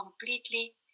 completely